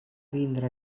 vindre